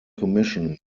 commission